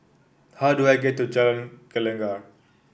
how do I get to Jalan Gelegar